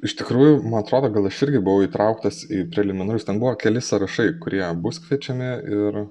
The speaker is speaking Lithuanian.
iš tikrųjų man atrodo gal aš irgi buvau įtrauktas į preliminarius ten buvo keli sąrašai kurie bus kviečiami ir